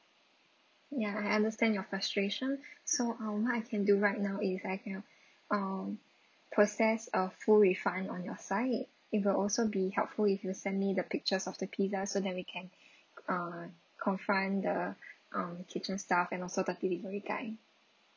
ya I understand your frustration so um what I can do right now is I can um process a full refund on your side it will also be helpful if you send me the pictures of the pizza so then we can uh confront the um kitchen staff and also the delivery guy